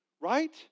right